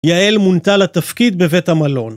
יעל מונתה לתפקיד בבית המלון.